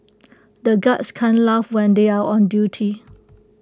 the guards can't laugh when they are on duty